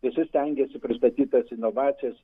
visi stengiasi pristatyt tas inovacijas